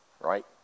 right